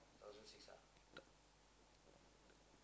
thousand six hundred